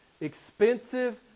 expensive